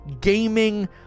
gaming